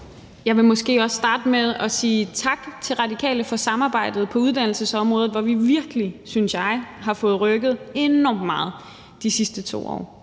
Jeg vil starte med at sige tak til Radikale for samarbejdet på uddannelsesområdet, hvor vi virkelig, synes jeg, har fået rykket enormt meget de sidste 2 år.